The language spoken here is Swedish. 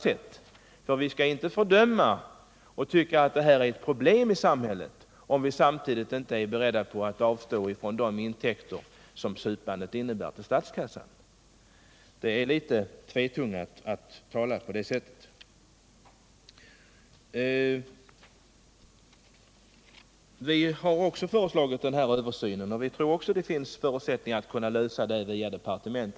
Finns det inte risk för att under utarbetandet av övergångsbestämmelserna vinet och ölet genom ny lagstiftning har hunnit tunnas ut och bli vatten? Hemska tanke! Vad blir då kvar att förbjuda? Och vad skall då socialstyrelsens eventuella övervakningsavdelning göra? Skall vi kanske förbjuda inmundigandet av vatten?